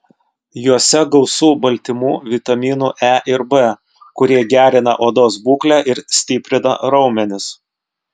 juose gausu baltymų vitaminų e ir b kurie gerina odos būklę ir stiprina raumenis